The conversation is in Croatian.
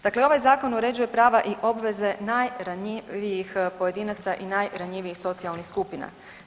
Dakle, ovaj zakon uređuje prava i obveze najranjivijih pojedinaca i najranjivijih socijalnih skupina.